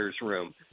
room